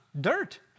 dirt